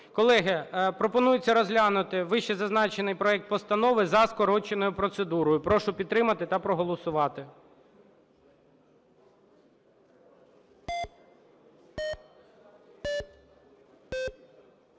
Колеги, пропонується розглянути вищезазначений проект постанови за скороченою процедурою. Прошу підтримати та проголосувати.